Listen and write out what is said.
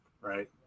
right